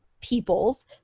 peoples